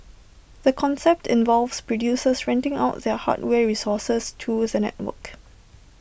the concept involves producers renting out their hardware resources to the network